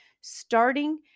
starting